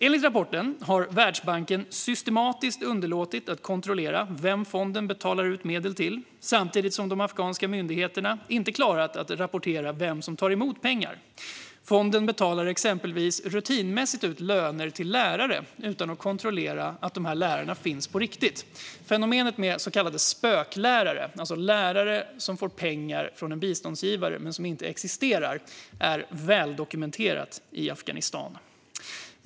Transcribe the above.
Enligt rapporten har Världsbanken systematiskt underlåtit att kontrollera vem fonden betalat ut medel till, samtidigt som de afghanska myndigheterna inte har klarat att rapportera om vem som tar emot pengar. Fonden betalar exempelvis rutinmässigt ut löner till lärare utan att kontrollera att dessa finns på riktigt. Fenomenet med så kallade spöklärare, alltså lärare som får pengar från en biståndsgivare men som inte existerar, är väldokumenterat i Afghanistan.